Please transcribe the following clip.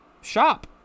shop